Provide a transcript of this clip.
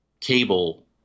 cable